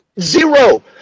zero